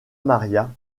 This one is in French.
maria